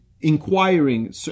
inquiring